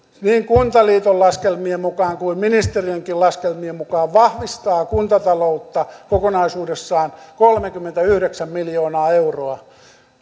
niin kuntaliiton laskelmien mukaan kuin ministeriönkin laskelmien mukaan vahvistaa kuntataloutta kokonaisuudessaan kolmekymmentäyhdeksän miljoonaa euroa